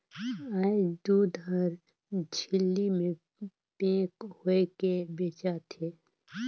आयज दूद हर झिल्ली में पेक होयके बेचा थे